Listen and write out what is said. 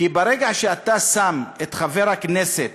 כי ברגע שאתה שם את חבר הכנסת